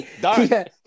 dark